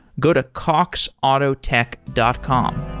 go to coxautotech dot com.